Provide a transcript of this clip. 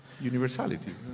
universality